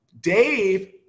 Dave